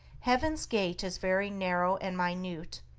heaven's gate is very narrow and minute,